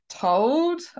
told